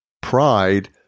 Pride